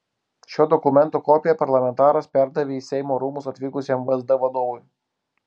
šio dokumento kopiją parlamentaras perdavė į seimo rūmus atvykusiam vsd vadovui